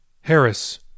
Harris